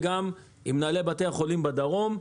נפגשנו גם עם מנהלי בתי החולים בדרום.